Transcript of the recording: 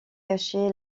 caché